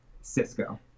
Cisco